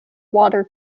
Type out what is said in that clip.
water